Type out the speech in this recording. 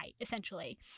essentially